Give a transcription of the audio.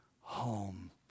home